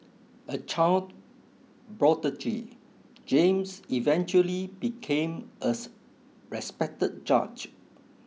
a child prodigy James eventually became as respected judge